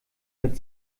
mit